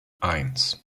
eins